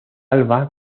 alba